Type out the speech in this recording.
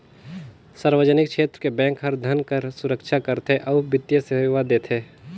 सार्वजनिक छेत्र के बेंक हर धन कर सुरक्छा करथे अउ बित्तीय सेवा देथे